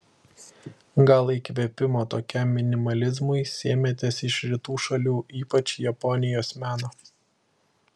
gal įkvėpimo tokiam minimalizmui sėmėtės iš rytų šalių ypač japonijos meno